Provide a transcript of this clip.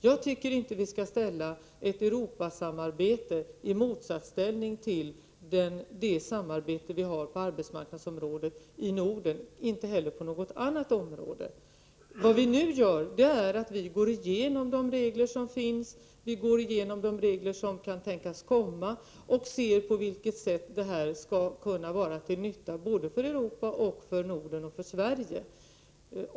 Jag tycker inte att vi skall ställa ett Europasamarbete i motsatsställning till det samarbete vi har på arbetsmarknadsområdet i Norden — och inte heller på något annat område. Vi går nu igenom de regler som finns, de regler som kan tänkas komma och ser på vilket sätt detta skall kunna vara till nytta både för Europa och för Norden och för Sverige.